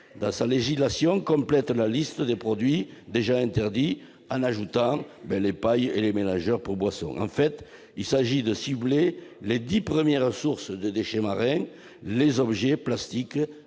dans sa législation, complète la liste des produits déjà interdits, en y ajoutant les pailles et bâtonnets mélangeurs pour boissons. En fait, il s'agit de cibler les dix premières sources de déchets marins, qui sont des objets plastiques